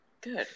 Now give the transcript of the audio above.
Good